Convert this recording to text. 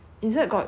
like there's someone